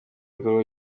bikorwa